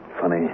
Funny